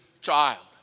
child